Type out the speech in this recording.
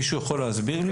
מישהו יכול להגיד לי?